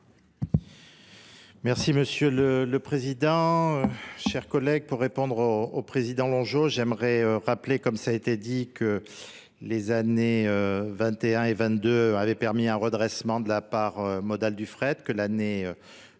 Merci, Monsieur le Président.